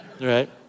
right